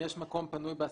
אם יש מקום פנוי בהסעה,